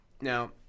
Now